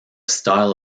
style